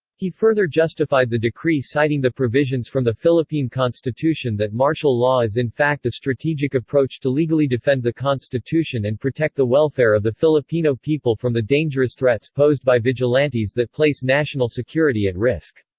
he further justified the decree citing the provisions from the philippine constitution that martial law is in fact a strategic approach to legally defend the constitution and protect the welfare of the filipino people from the dangerous threats posed by vigilantes that place national security at risk.